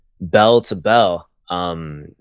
bell-to-bell